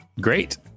Great